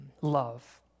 love